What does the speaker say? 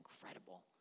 incredible